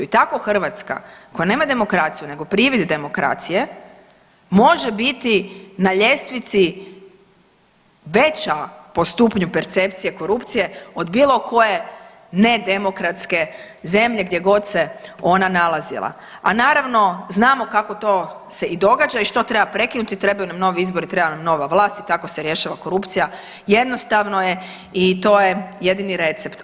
I tako Hrvatska koja nema demokraciju nego privid demokracije može biti na ljestvici veća po stupnju percepcije korupcije od bilo koje nedemokratske zemlje gdje god se ona nalazila, a naravno znamo kako to se i događa i što treba prekinuti i trebaju nam novi izbori i treba nam nova vlast i tako se rješava korupcija, jednostavno je i to je jedini recept.